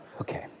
Okay